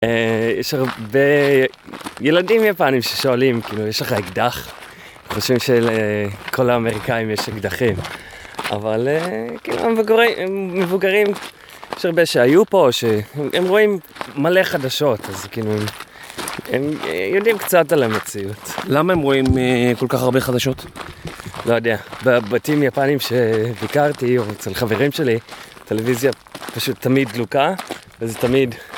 יש הרבה ילדים יפנים ששואלים, כאילו, יש לך אקדח? הם חושבים שלכל האמריקאים יש אקדחים. אבל כאילו הם מבוגרים, יש הרבה שהיו פה, הם רואים מלא חדשות. אז כאילו הם יודעים קצת על המציאות. למה הם רואים כל כך הרבה חדשות? לא יודע. בבתים יפנים שביקרתי או אצל חברים שלי, הטלוויזיה פשוט תמיד דלוקה. זה תמיד.